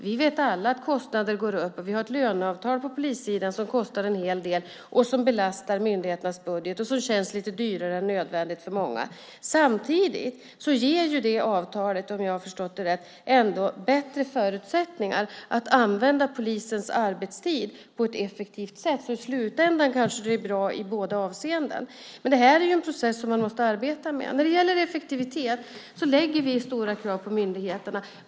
Vi vet alla att kostnader går upp, och vi har ett löneavtal på polissidan som kostar en hel del och som belastar myndigheternas budget och som känns lite dyrare än nödvändigt för många. Samtidigt ger detta avtal, om jag har förstått det rätt, ändå bättre förutsättningar att använda polisens arbetstid på ett effektivt sätt, så i slutändan är det kanske bra i båda avseendena. Men det här är en process som man måste arbeta med. När det gäller effektivitet ställer vi stora krav på myndigheterna.